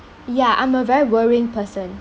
ya I'm a very worrying person